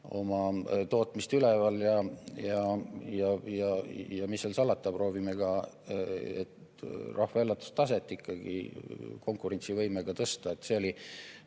oma tootmist üleval ja mis seal salata, proovime ka rahva elatustaset konkurentsivõimega tõsta. See oli